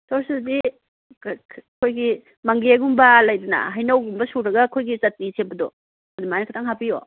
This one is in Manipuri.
ꯑꯩꯈꯣꯏꯒꯤ ꯃꯪꯒꯦꯒꯨꯝꯕ ꯂꯩꯗꯅ ꯍꯩꯅꯧꯒꯨꯝꯕ ꯁꯨꯔꯒ ꯑꯩꯈꯣꯏꯒꯤ ꯆꯠꯅꯤ ꯁꯦꯝꯕꯗꯣ ꯑꯗꯨꯃꯥꯏꯅ ꯈꯤꯇꯪ ꯍꯥꯞꯄꯤꯌꯣ